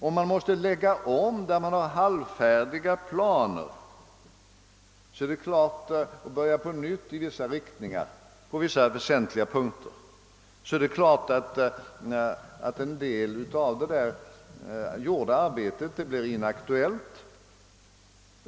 Om man måste lägga om, där man har halvfärdiga planer, och börja på nytt på vissa väsentliga punkter, är det klart att en del av det gjorda arbetet blir inaktuellt.